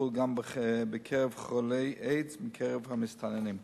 הטיפול גם לחולי איידס מקרב המסתננים.